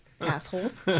assholes